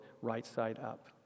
right-side-up